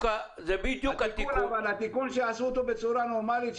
אבל שיעשו את התיקון בצורה נורמלית.